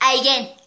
again